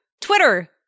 Twitter